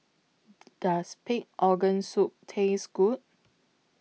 Does Pig Organ Soup Taste Good